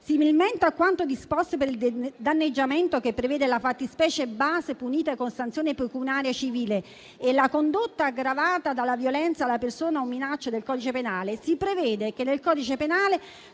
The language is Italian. similmente a quanto disposto per il danneggiamento che prevede la fattispecie base punita con sanzione pecuniaria civile e la condotta aggravata dalla violenza alla persona o minaccia ai sensi del codice penale, si prevede che nel codice penale